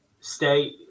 stay